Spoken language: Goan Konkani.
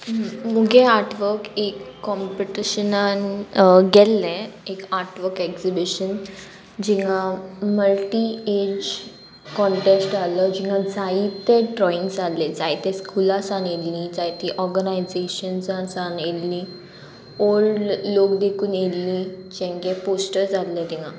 मुगे आर्टवर्क एक कॉम्पिटिशनान गेल्ले एक आर्टवर्क एग्जिबिशन जिंगा मल्टी एज कॉन्टेस्ट आहलो जिंगा जायते ड्रॉइंग्स आहले जायते स्कुलासान येल्ली जायती ऑर्गनायजेशन्सां सावन येयल्ली ओल्ड लोक देखून येयल्ली जेंके पोस्टर्स आहले तिंगा